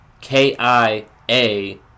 K-I-A